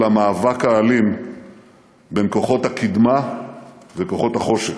המאבק האלים בין כוחות הקדמה לכוחות החושך.